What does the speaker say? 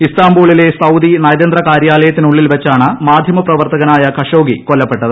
ഇസ്താംബൂളിലെ Saudi നയതന്ത്രകാര്യാലയത്തിനുള്ളിൽ വച്ചാണ് മാധ്യമപ്രവർത്തകനായി ഖഷോഗി കൊല്ലപ്പെട്ടത്